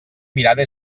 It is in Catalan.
mirada